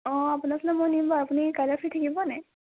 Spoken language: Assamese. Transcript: অঁ আপোনাৰ ওচৰলৈ মই নিম বাৰু আপুনি কাইলৈ ফ্ৰী থাকিব নাই